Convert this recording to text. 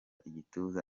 igituza